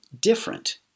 different